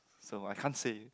so I can't say